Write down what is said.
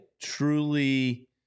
truly